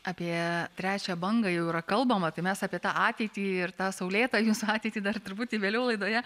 apie trečiąją bangą jau yra kalbama tai mes apie tą ateitį ir tą saulėtą jos ateitį dar truputį vėliau laidoje